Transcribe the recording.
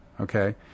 Okay